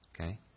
Okay